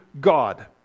God